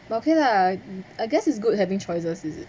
but okay lah I guess it's good having choices is it